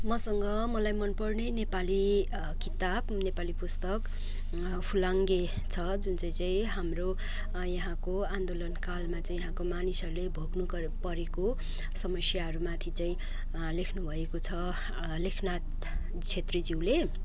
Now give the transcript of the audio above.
मसँग मलाई मन पर्ने नेपाली किताब नेपाली पुस्तक फुलाङ्गे छ जुन चाहिँ चाहिँ हाम्रो यहाँको आन्दोलनकालमा चाहिँ यहाँको मानिसहरूले भोग्नु परेको समस्याहरूमाथि चाहिँ लेख्नु भएको छ लेखनाथ क्षेत्रीज्यूले